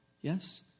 Yes